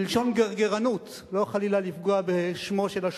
מלשון גרגרנות, לא חלילה לפגוע בשמו של השופט.